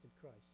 Christ